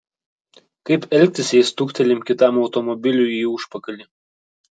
kaip elgtis jei stuktelim kitam automobiliui į užpakalį